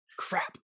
crap